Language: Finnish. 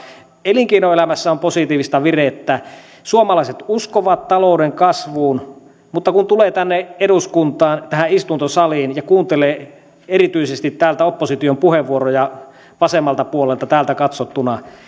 elinkeinoelämässä on positiivista vireyttä ja suomalaiset uskovat talouden kasvuun mutta kun tulee tänne eduskuntaan tähän istuntosaliin ja kuuntelee erityisesti opposition puheenvuoroja vasemmalta puolelta täältä katsottuna niin